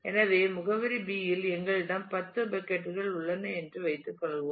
எனவே முகவரி B இல் எங்களிடம் 10 பக்கட் கள் உள்ளன என்று வைத்துக் கொள்வோம்